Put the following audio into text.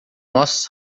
nossas